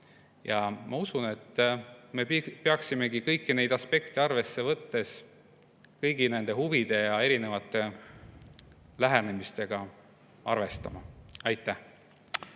Ma usun, et me peaksimegi kõiki neid aspekte arvesse võttes kõigi nende huvide ja erinevate lähenemistega arvestama. Aitäh!